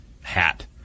hat